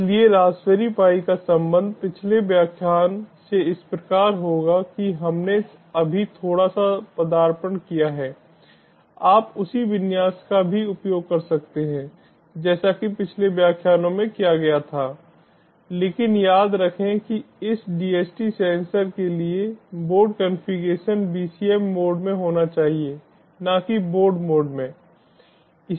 इसलिए Raspberry Pi का संबंध पिछले व्याख्यान से इस प्रकार होगा कि हमने अभी थोड़ा सा पदार्पण किया है आप उसी विन्यास का भी उपयोग कर सकते हैं जैसा कि पिछले व्याख्यानों में किया गया था लेकिन याद रखें कि इस DHT सेंसर के लिए बोर्ड कॉन्फ़िगरेशन BCM मोड में होना चाहिए न कि बोर्ड मोड में